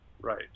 Right